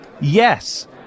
Yes